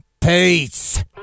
Peace